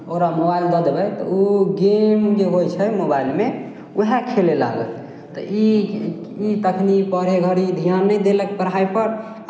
ओकरा मोबाइल दऽ देबै तऽ ओ गेम जे होइ छै मोबाइलमे उएह खेलय लागत तऽ ई ई तखनि पढ़य घड़ी ध्यान नहि देलक पढ़ाइपर